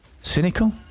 cynical